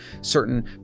certain